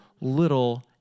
little